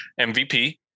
MVP